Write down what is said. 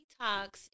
detox